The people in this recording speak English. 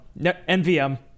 NVM